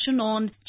on